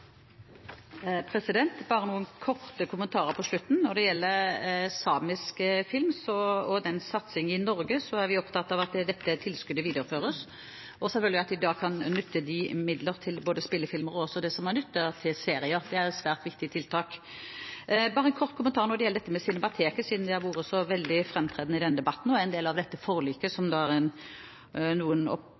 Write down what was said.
Bare noen korte kommentarer på slutten: Når det gjelder samisk film og satsingen i Norge, er vi opptatt av at dette tilskuddet videreføres, og at man selvfølgelig kan nytte disse midlene til både spillefilmer og – det som er nytt – serier. Det er et svært viktig tiltak. Bare en kort kommentar når det gjelder dette med Cinemateket, siden det har vært veldig framtredende i denne debatten og en del av det forliket som noen opplever og mener er